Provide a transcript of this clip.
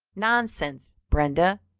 nonsense, brenda,